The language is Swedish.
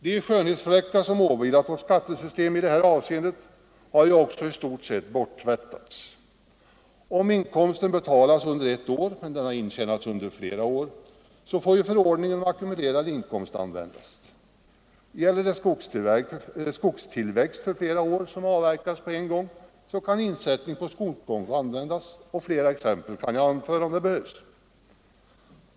De skönhetsfläckar som vidlådit vårt skattesystem i det här avseendet har också i stort sett tvättats bort. Om inkomsten skall beskattas ett år men har intjänats under flera år, får förordningen om ackumulerad inkomst användas. Gäller det skogstillväxt för flera år som avverkas på en gång, kan insättning på skogskonto göras. Jag kan anföra flera exempel, om det behövs.